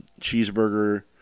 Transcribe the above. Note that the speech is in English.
Cheeseburger